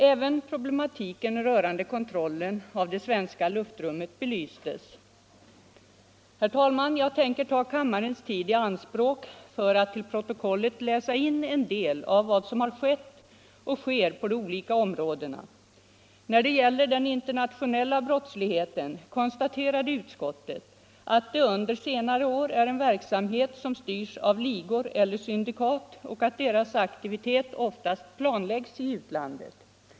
Även problematiken rörande kontrollen av det svenska luftrummet belystes. Herr talman! Jag tänker ta kammarens tid i anspråk för att till protokollet läsa in en del av vad som har skett och sker på de olika områdena. I fråga om den internationella brottsligheten konstaterade utskottet att sådan verksamhet under senare år styrts av ligor eller syndikat och att deras aktivitet oftast planläggs i utlandet.